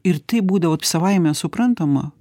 ir tai būdavo savaime suprantama